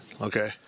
Okay